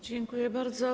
Dziękuję bardzo.